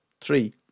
three